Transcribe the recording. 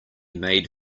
made